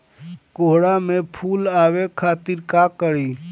कोहड़ा में फुल आवे खातिर का करी?